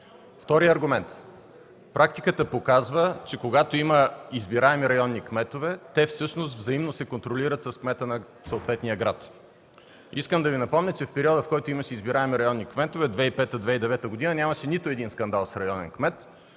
Вторият аргумент. Практиката показва, че когато има избираеми районни кметове, всъщност те взаимно се контролират с кмета на съответния град. Искам да Ви напомня, че в периода, в който имаше избираеми районни кметове през 2005-2009 г. – нямаше нито един скандал с районен кмет.